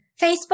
Facebook